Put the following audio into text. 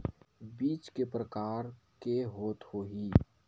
बीज के प्रकार के होत होही?